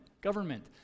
government